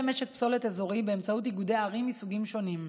משק פסולת אזורי באמצעות איגודי ערים מסוגים שונים: